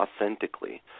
authentically